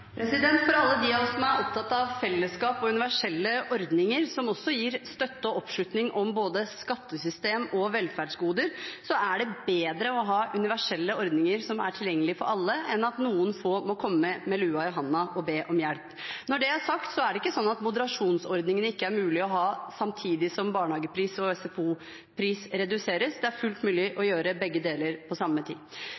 For alle dem av oss som er opptatt av fellesskap og universelle ordninger som også gir støtte til og oppslutning om både skattesystem og velferdsgoder, er det bedre å ha universelle ordninger som er tilgjengelige for alle, enn at noen få må komme med lua i hånden og be om hjelp. Når det er sagt, er det ikke sånn at moderasjonsordningene ikke er mulig å ha samtidig som barnehagepris og SFO-pris reduseres. Det er fullt mulig å